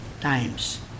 times